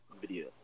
video